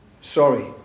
Sorry